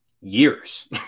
years